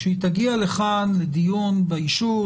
כשהיא תגיע לכאן לדיון באישור,